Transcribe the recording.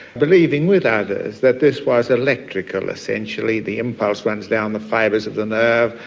believing with others that this was electrical essentially the impulse runs down the fibres of the nerve,